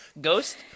ghost